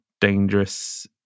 dangerous